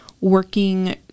working